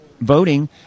voting